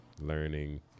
learning